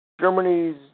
Germany's